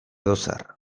edozer